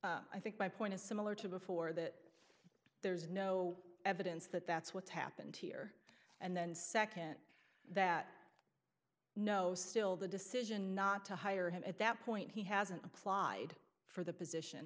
made i think my point is similar to before that there's no evidence that that's what's happened here and then nd that no still the decision not to hire him at that point he hasn't applied for the position